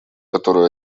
которую